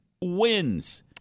wins